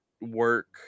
work